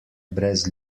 brez